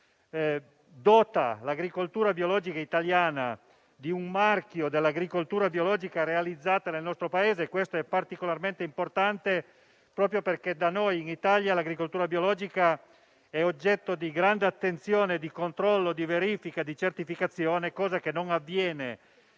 prevede la definizione di un marchio dell'agricoltura biologica realizzata nel nostro Paese; questo è particolarmente importante, proprio perché in Italia l'agricoltura biologica è oggetto di grande attenzione, di controllo, di verifica e di certificazione, cosa che non avviene